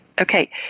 Okay